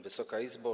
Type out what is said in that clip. Wysoka Izbo!